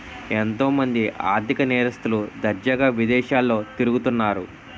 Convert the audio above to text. ఎంతో మంది ఆర్ధిక నేరస్తులు దర్జాగా విదేశాల్లో తిరుగుతన్నారు